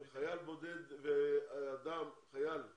חייל שהוא